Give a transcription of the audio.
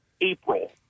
April